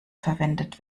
verwendet